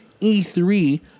E3